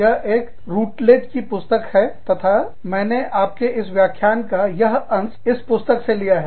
यह एक रुटलेज की पुस्तक है तथा मैंने आपके इस व्याख्यान का यह अंश इस पुस्तक से लिया है